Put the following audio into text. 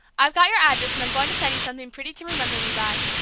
i've got your address, and i'm going to send you something pretty to remember me by.